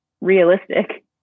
realistic